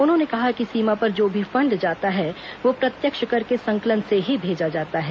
उन्होंने कहा कि सीमा पर जो भी फंड जाता है वह प्रत्यक्ष कर के संकलन से ही भेजा जाता है